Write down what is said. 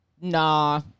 nah